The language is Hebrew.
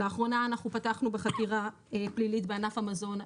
לאחרונה אנחנו פתחנו בחקירה פלילית בענף המזון,